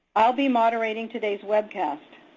i'll be moderating today's webcast.